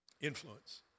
Influence